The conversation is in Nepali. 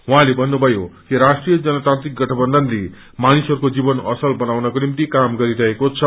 उहाँले भन्नुभयो कि राष्ट्रिय जनतान्त्रिक गठबन्धनले मानिसहस्कोजीवन असत बनाउनको निम्ति काम गरिरहेको छ